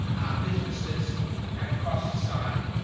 our businesses and across society.